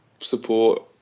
support